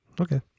Okay